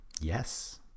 Yes